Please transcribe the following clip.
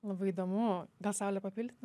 labai įdomu gal saule papildyt norė